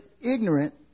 ignorant